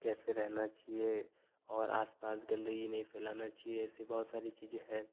कैसे रहना चाहिए और आसपास गंदगी नहीं फैलाना चाहिए ऐसी बहुत सारी चीजें हैं